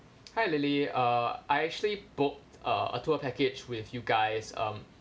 hi lily uh I actually booked uh a tour package with you guys um